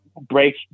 break